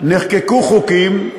נחקקו חוקים,